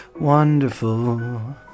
wonderful